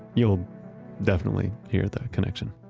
you will definitely hear the connection.